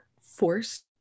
forced